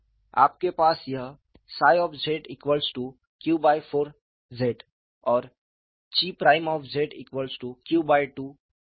आपके पास यह 𝜳q4 z और 𝛘q2 z है